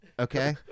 Okay